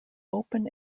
open